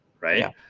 Right